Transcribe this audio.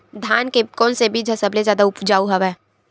धान के कोन से बीज ह सबले जादा ऊपजाऊ हवय?